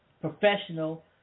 professional